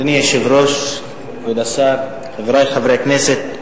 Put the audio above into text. אדוני היושב-ראש, כבוד השר, חברי חברי הכנסת,